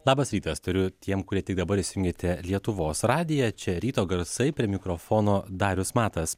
labas rytas tariu tiem kurie tik dabar įsijungėte lietuvos radiją čia ryto garsai prie mikrofono darius matas